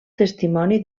testimoni